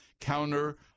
counter